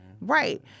Right